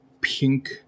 pink